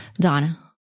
Donna